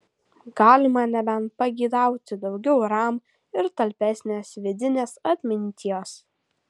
galima nebent pageidauti daugiau ram ir talpesnės vidinės atminties